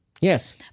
Yes